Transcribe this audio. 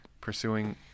pursuing